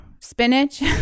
spinach